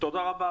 תודה רבה,